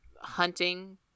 hunting